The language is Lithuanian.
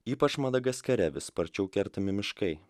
ypač madagaskare vis sparčiau kertami miškai